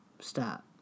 stop